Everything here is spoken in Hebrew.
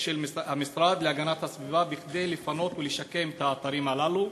של המשרד להגנת הסביבה כדי לפנות ולשקם את האתרים הללו?